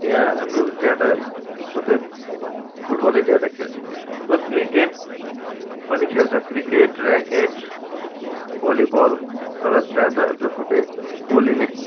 यहाँ हाम्रो ज्यादा जसो चाहिँ फुटबलै ज्यादा खेल्छ र क्रिकेट पनि खेल्छ क्रिकेट ऱ्याकेट भलिबल तर ज्यादा जसो चाहिँ गोली नै